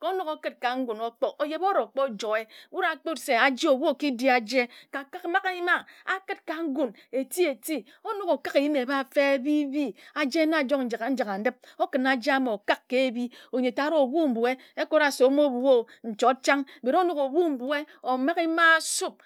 Ka onok okid ka ngan okpor ojob orokpor joe wud akpud se aji ebu oki di aje kakak mak e ma akid ka ngun eti eti onok okak eyim eba feb ebiebi aje na ajok njek a ndip okin aje ama okak ka ebi nyi tad obui mbue ekora se omobui o nchord chang but onok obui mbue omage ma sup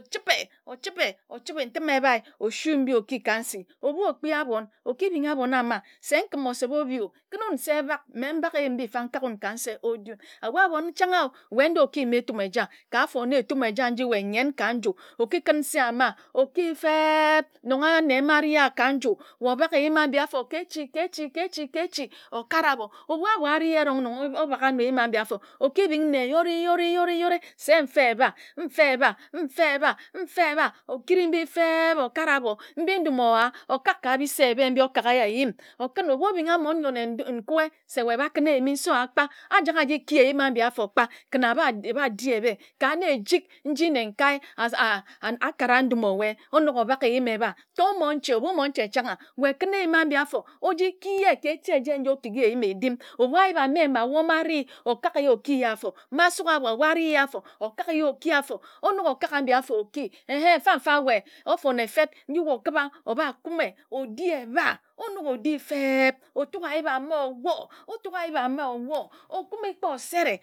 ochibe ochibe ochibe ntim ebae osui mbi okika nsi ebu okpia aben okibing aben ama se nkim osep obi o kin nse bak mme mbak eyim mbi mfa nkak n ka nse odi n ebu aben chang o wae ndor okiyim etum eja ka afor na etum eja nji wae nyen ka nju okikun nse ama oki feb. nonge anne ma aria ka nju wae obak eyim aji afor ke echi ke echi ke echi ke echi okara abor ebu abor ari erong nong obak anor eyim abi afor okibing nne yori yori yori se mfa eba mfa oba mfa eba mfa eba okiri mbi feb okare abor mbi ndun owa okak ka bi-se eba mbi okaka ye eyim okun ebu oduna mmon nyor nekwe se wae bakun eyimi nsor owa kpa ajak ajiki eyim aji afor kpa kin aba abadi ebe ka nne eji nji nekae akara ndum owae onok obak eyim eba tor monche ebu moche chang a wae kun eyim abi afor oji kige ke eti eje nji okikye eyim edim ebu ayip ame ma ewor m areh okak ye okiye afor masuk abor obari ye afor okak ye okiye afor onok okak mbi afor oki eba mfa-mfa wae ofon efeb nji wae okiba obakume odi eba onok odi feb otuk ayip ama owor otuk ayip ama owor okumi kpa osere